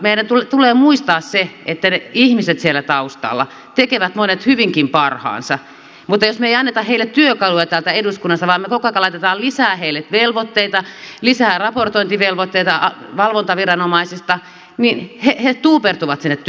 mutta meidän tulee muistaa se että ne ihmiset siellä taustalla tekevät monet hyvinkin parhaansa mutta jos me emme anna heille työkaluja täältä eduskunnasta vaan me koko ajan laitamme lisää heille velvoitteita lisää raportointivelvoitteita valvontaviranomaisista niin he tuupertuvat sinne työnsä alle